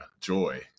Joy